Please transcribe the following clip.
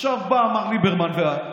עכשיו באים מר ליברמן ואת,